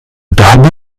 dhabi